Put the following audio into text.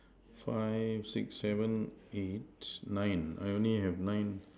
five six seven eight nine I only have nine